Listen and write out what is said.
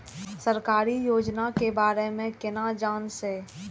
सरकारी योजना के बारे में केना जान से?